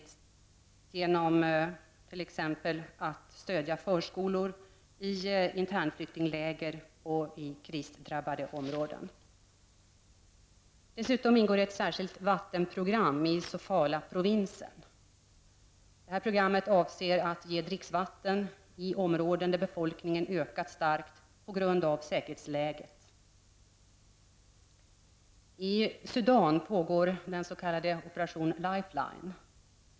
Det kan ske genom att t.ex. stödja förskolor i internflyktingläger och krigsdrabbade områden. Dessutom ingår ett särskilt vattenprogram i Sofalaprovinsen. Detta program avser att ge dricksvatten i områden där befolkningen ökat starkt på grund av säkerhetsläget. I Sudan pågår den s.k. Operation Lifeline.